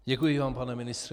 Děkuji vám, pane ministře.